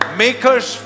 makers